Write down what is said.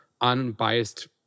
unbiased